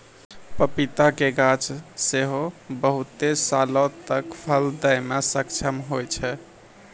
पपीता के गाछ सेहो बहुते सालो तक फल दै मे सक्षम होय छै